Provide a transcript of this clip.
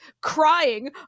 crying